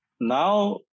now